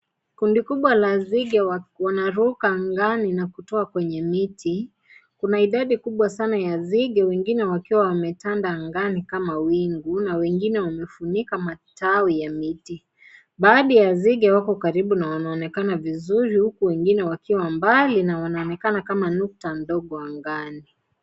Kundi kubwa la nzige wanaruka angani na kutoka kwenye miti. Kuna idadi kubwa sana ya nzige, wengine wakiwa wametanda angani kama wingu na wengine wamefunika matawi ya miti. Baadhi ya nzige wako karibu na wanaonekana vizuri, huku wengine wakiwa mbali na wanaonekana kama nukta ndogo angani.